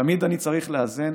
תמיד אני צריך לאזן